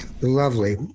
Lovely